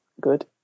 good